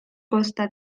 consta